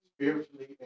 spiritually